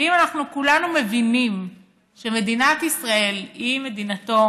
ואם אנחנו כולנו מבינים שמדינת ישראל היא מדינתו